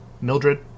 Mildred